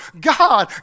God